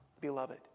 beloved